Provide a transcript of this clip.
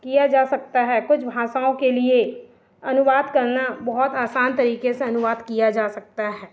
किया जा सकता है कुछ भाषाओं के लिए अनुवाद करना बहुत आसान तरीक़े से अनुवाद किया जा सकता है